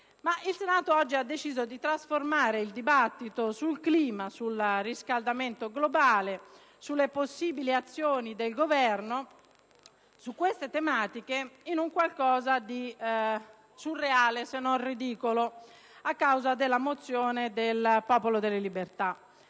Il Senato però oggi ha deciso di trasformare il dibattito sul clima, sul riscaldamento globale e sulle possibili azioni del Governo su queste tematiche in qualcosa di surreale, se non ridicolo, a causa della mozione del Popolo della Libertà,